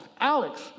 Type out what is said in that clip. Alex